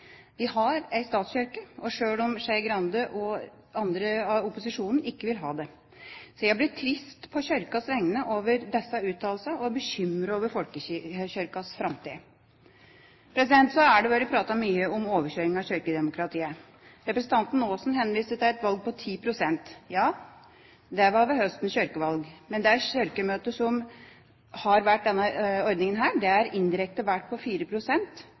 Vi har en statskirke, sjøl om Skei Grande og andre fra opposisjonen ikke vil ha det. Jeg blir trist på Kirkas vegne over disse uttalelsene, og bekymret over folkekirkas framtid. Så har det vært pratet mye om overkjøring av kirkedemokratiet. Representanten Aasen henviser til et valg på 10 pst. Ja, det var ved høstens kirkevalg. Men det Kirkemøtet som har vært under denne ordningen, er indirekte valgt på